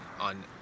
on